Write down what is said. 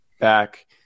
back